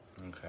Okay